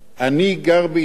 אני גר בהתנחלות.